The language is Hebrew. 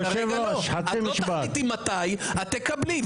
את לא תחליטי מתי, את תקבלי.